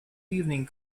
evening